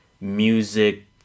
music